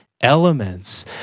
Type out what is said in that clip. elements